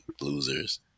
losers